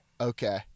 Okay